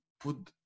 put